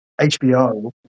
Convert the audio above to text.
HBO